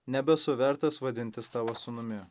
nebesu vertas vadintis tavo sūnumi